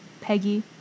Peggy